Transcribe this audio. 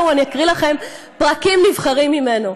בואו, אני אקרא לכם פרקים נבחרים ממנו.